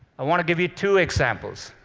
i want to give you two examples.